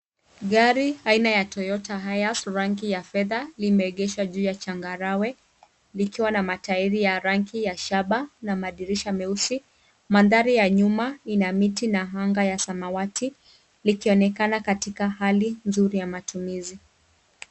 Gari aina ya toyota hiace, rangi ya fedha, limeegesha juu ya changarawe, likiwa na matairi ya rangi ya shaba na madirisha meusi. Mandhari ya nyuma, ina miti na anga ya samawati, likionekana katika hali nzuri ya matumizi.